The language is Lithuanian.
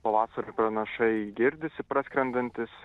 pavasario pranašai girdisi praskrendantys